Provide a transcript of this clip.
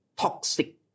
toxic